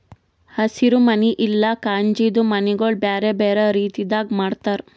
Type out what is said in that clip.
ಹಸಿರು ಮನಿ ಇಲ್ಲಾ ಕಾಜಿಂದು ಮನಿಗೊಳ್ ಬೇರೆ ಬೇರೆ ರೀತಿದಾಗ್ ಮಾಡ್ತಾರ